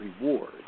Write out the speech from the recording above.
reward